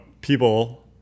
people